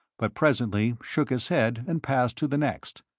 but presently shook his head and passed to the next.